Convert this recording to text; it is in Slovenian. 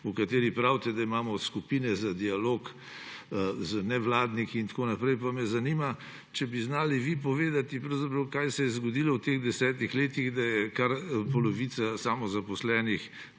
lok. Pravite, da imamo skupine za dialog z nevladniki in tako naprej, pa me zanima, če bi znali vi povedati, kaj se je zgodilo v teh 10 letih, da je kar polovica samozaposlenih